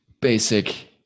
Basic